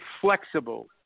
flexible